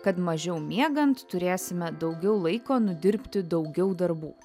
kad mažiau miegant turėsime daugiau laiko nudirbti daugiau darbų